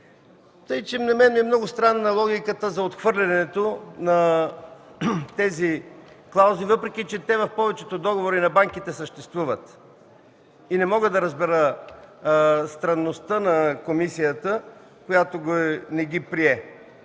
На мен ми е много странна логиката за отхвърлянето на тези клаузи, въпреки че в повечето договори на банките те съществуват. Не мога да разбера странността на комисията, която не ги прие.